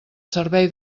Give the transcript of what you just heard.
servei